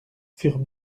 furent